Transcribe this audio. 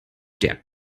der